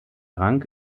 rang